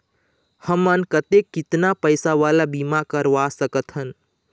हमन कतेक कितना पैसा वाला बीमा करवा सकथन?